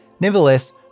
Nevertheless